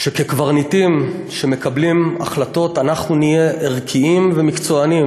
שכקברניטים שמקבלים החלטות אנחנו נהיה ערכיים ומקצוענים.